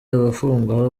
abafungwa